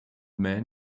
man